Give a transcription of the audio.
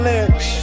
Lynch